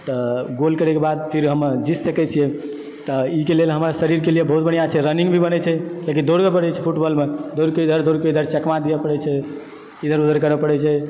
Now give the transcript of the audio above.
तऽ गोल करयके बाद फेर हम जीत सकइ छियै तऽ ईके लेल हमरा शरीरके लिए बहुत बढ़िआँ छै रन्निंग भी बनय छै लेकिन दौड़य पड़ैत छै फुटबॉलमे दौड़के इधर दौड़के उधर चकमा दिअ पड़ैत छै इधर उधर करय पड़ैत छै